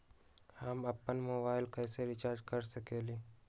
हम अपन मोबाइल कैसे रिचार्ज कर सकेली?